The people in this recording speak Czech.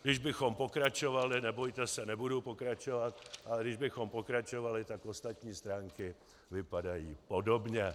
Kdybychom pokračovali, nebojte se, nebudu pokračovat, ale kdybychom pokračovali, tak ostatní stránky vypadají podobně.